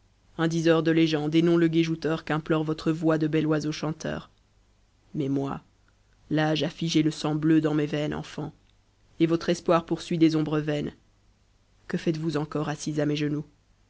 un diseur de légende et non le gai jouteur qu'implore votre voix de bel oiseau chanteur mais moi l'âge a figé le sang bleu dans mes veines enfant et votre espoir poursuit des ombres vaines que faites-vous encore assise à mes genoux